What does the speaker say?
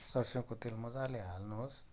सर्सिउँको तेल मजाले हाल्नुहोस्